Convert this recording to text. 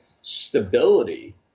stability